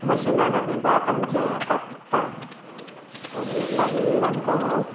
मशिनान आमी भात आमचें कापता आनी मागीर आमकां